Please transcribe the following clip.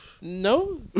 no